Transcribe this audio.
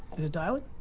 is it dialing?